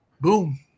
boom